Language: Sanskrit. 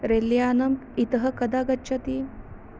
रेल्यानम् इतः कदा गच्छति